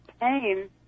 pain